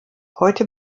heute